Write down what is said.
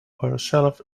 herself